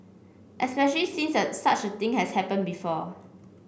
especially since a such thing has happened before